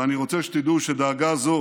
ואני רוצה שתדעו שדאגה זו